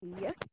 Yes